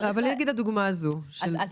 על הדוגמה שלי.